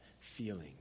feeling